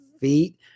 feet